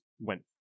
went